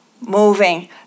moving